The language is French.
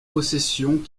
possessions